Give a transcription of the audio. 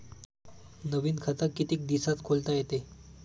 नवीन खात कितीक दिसात खोलता येते?